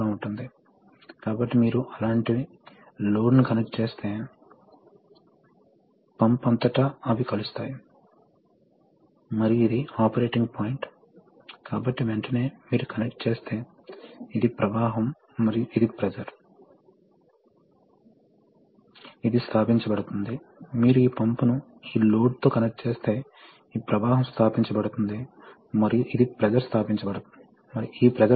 మనము ఇది చర్చించబోతున్నాము ఆ తరువాత మీరు ఒక రకమైన వివిధ రకాల పరికరాలను కలిగి ఉండవచ్చు ఉదాహరణకు ఈ సందర్భంలో మేము డైరెక్షన్ కంట్రోల్ వాల్వ్ ను మాత్రమే చూపించాము ఇది ఎయిర్ సిలిండర్ ను నడపడానికి ప్రయత్నిస్తుంది కాబట్టి ఇది చాలా విలక్షణమైన మరియు సరళమైన సిస్టం